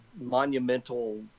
monumental